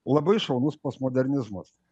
labai šaunus postmodernizmas